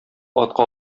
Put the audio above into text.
атка